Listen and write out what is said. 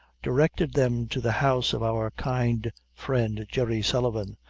directed them to the house of our kind friend jerry sullivan,